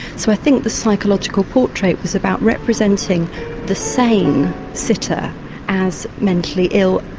so i think the psychological portrait was about representing the sane sitter as mentally ill,